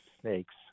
snakes